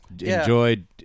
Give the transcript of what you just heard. enjoyed